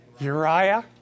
Uriah